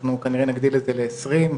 אנחנו כנראה נגדיל את זה ל-20,